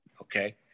Okay